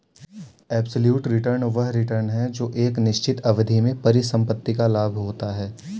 absolute return वह return है जो एक निश्चित अवधि में परिसंपत्ति का लाभ होता है